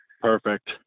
Perfect